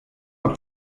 our